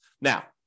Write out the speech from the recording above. Now